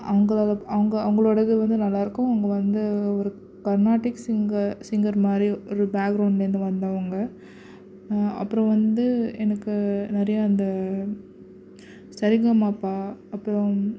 அவங்களால அவங்க அவங்களோட இது வந்து நல்லாயிருக்கும் அவங்க வந்து ஒரு கர்நாட்டிக் சிங்கர் சிங்கர் மாதிரி ஒரு பேக்ரவுண்ட்லிருந்து வந்தவங்க அப்புறம் வந்து எனக்கு நிறையா இந்த சரிகமபா அப்புறம்